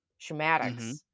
Schematics